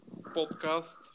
podcast